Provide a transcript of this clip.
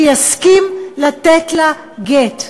שיסכים לתת לה גט.